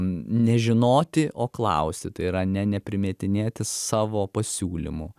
ne žinoti o klausti tai yra ne neprimetinėti savo pasiūlymų